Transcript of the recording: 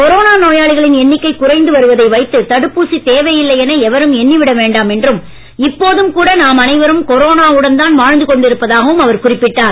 corona நோயாளிகளின் எண்ணிக்கை குறைந்து வருவதை வைத்து தடுப்பூசி தேவையில்லை என எவரும் எண்ணிவிட வேண்டாம் என்றும் இப்போதும் கூட நாம் அனைவரும் கொரோனா வுடன்தான் வாழ்ந்து கொண்டு இருப்பதாகவும் அவர் குறிப்பிட்டார்